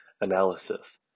analysis